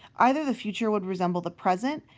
either the future would resemble the present,